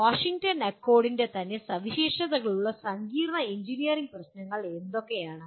Washington അക്കോഡിന്റെ തന്നെ സവിശേഷതകളുള്ള സങ്കീർണ്ണ എഞ്ചിനീയറിംഗ് പ്രശ്നങ്ങൾ എന്തൊക്കെയാണ്